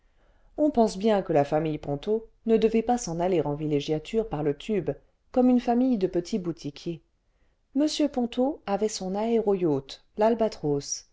on pense bien que la famille ponto ne devait pas s'en aller en villégiature par le tube comme une famille de petits boutiquiers m ponto avait son